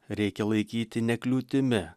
reikia laikyti ne kliūtimi